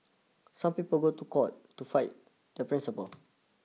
some people go to court to fight their principles